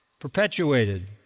perpetuated